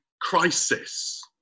crisis